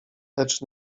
lecz